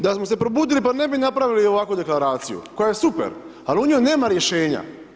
Da smo se probudili, pa ne bi napravili ovakvu Deklaraciju, koja je super, ali u njoj nema rješenja.